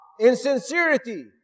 Insincerity